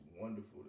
wonderful